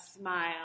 smile